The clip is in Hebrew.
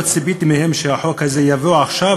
לא ציפיתי מהם שהחוק הזה יבוא עכשיו,